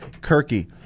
Kirky